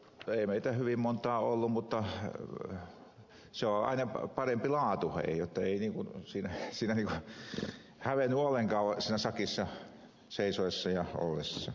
ei meitä hyvin monta ollut mutta sen parempi laatu jotta ei hävennyt ollenkaan siinä sakissa seisoessa ja ollessa